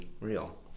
real